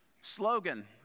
slogan